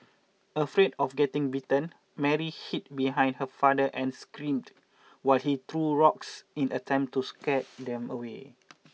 afraid of getting bitten Mary hid behind her father and screamed while he threw rocks in an attempt to scare them away